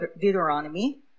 Deuteronomy